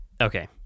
Okay